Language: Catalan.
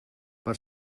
per